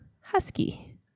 husky